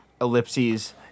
ellipses